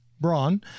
Braun